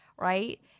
Right